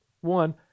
One